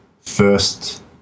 first